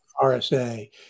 RSA